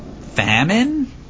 famine